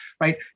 right